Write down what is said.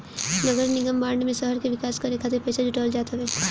नगरनिगम बांड में शहर के विकास करे खातिर पईसा जुटावल जात हवे